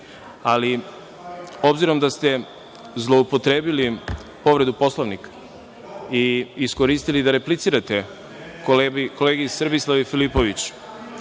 rasprave. Obzirom da ste zloupotrebili povredu Poslovnika i iskoristili da replicirate kolegi Srbislavu Filipoviću,